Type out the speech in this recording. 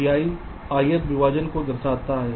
Vi ith विभाजन को दर्शाता है